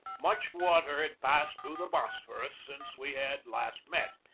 much water had passed through the bosphorus since we had last met,